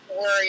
worry